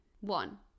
One